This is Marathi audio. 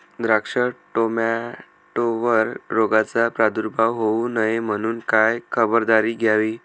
द्राक्ष, टोमॅटोवर रोगाचा प्रादुर्भाव होऊ नये म्हणून काय खबरदारी घ्यावी?